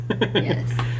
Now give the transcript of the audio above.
Yes